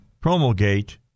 promulgate